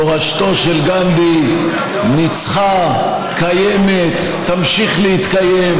מורשתו של גנדי ניצחה, קיימת, תמשיך להתקיים,